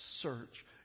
search